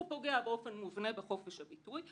הוא פוגע באופן מובנה בחופש הביטוי.